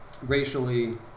racially